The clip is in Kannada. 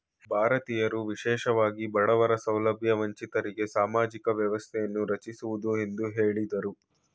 ಭಾರತೀಯರು ವಿಶೇಷವಾಗಿ ಬಡವರ ಸೌಲಭ್ಯ ವಂಚಿತರಿಗೆ ಸಾಮಾಜಿಕ ವ್ಯವಸ್ಥೆಯನ್ನು ರಚಿಸುವುದು ಎಂದು ಹೇಳಿದ್ರು